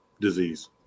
disease